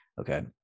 Okay